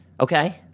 Okay